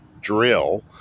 drill